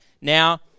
Now